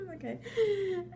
Okay